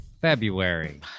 February